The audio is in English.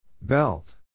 Belt